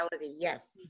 Yes